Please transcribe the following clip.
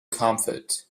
comfort